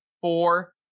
four